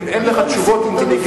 אם אין לך תשובות אינטליגנטיות,